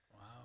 Wow